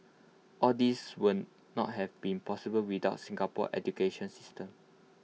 all these would not have been possible without Singapore's education system